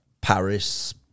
Paris